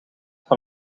van